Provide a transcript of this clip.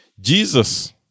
Jesus